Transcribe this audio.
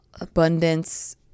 abundance